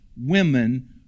women